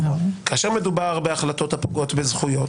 כאשר מדובר בהחלטות הפוגעות בזכויות